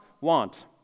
want